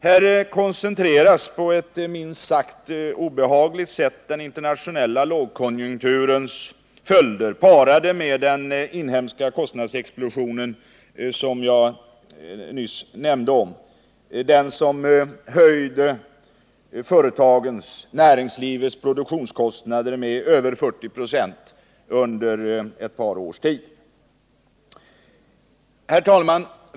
Här koncentreras på ett minst sagt obehagligt sätt den internationella lågkonjunkturens följder parade med den av mig nyss omnämnda inhemska kostnadsexplosionen, som höjde näringslivets produktionskostnader med över 40 96 under ett par års tid. Herr talman!